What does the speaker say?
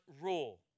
rule